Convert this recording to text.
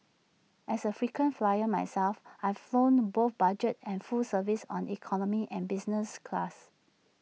as A frequent flyer myself I've flown both budget and full service on economy and business class